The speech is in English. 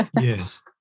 Yes